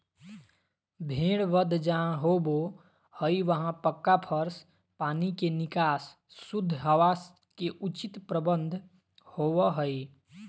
भेड़ वध जहां होबो हई वहां पक्का फर्श, पानी के निकास, शुद्ध हवा के उचित प्रबंध होवअ हई